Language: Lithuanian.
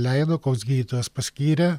leido koks gydytojas paskyrė